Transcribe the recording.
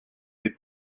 est